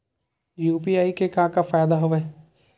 UPI के का फ़ायदा हवय?